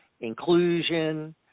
inclusion